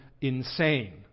insane